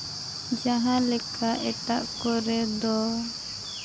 ᱡᱟᱦᱟᱸᱞᱮᱠᱟ ᱮᱴᱟᱜ ᱠᱚᱨᱮ ᱫᱚ